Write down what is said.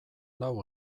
lau